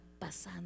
pasando